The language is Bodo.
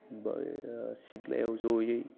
बा सिथ्लायाव जयै